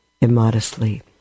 immodestly